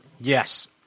Yes